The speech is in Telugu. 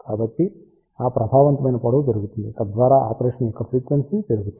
కాబట్టి ఆ ప్రభావవంతమైన పొడవు పెరుగుతుంది తద్వారా ఆపరేషన్ యొక్క ఫ్రీక్వెన్సీని తగ్గిస్తుంది